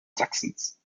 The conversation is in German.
sachsens